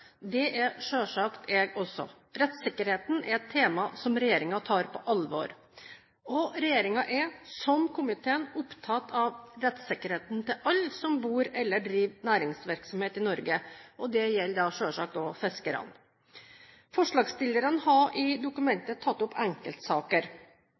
Det er selvsagt jeg også. Rettssikkerheten er et tema som Regjeringen tar på alvor. Regjeringen er – som komiteen – opptatt av rettssikkerheten til alle som bor eller driver næringsvirksomhet i Norge. Det gjelder selvsagt også fiskerne. Forslagsstillerne har i